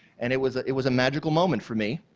and it was ah it was a magical moment for me